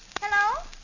Hello